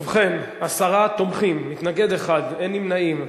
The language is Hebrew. ובכן, עשרה תומכים, מתנגד אחד ואין נמנעים.